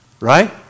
right